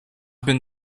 been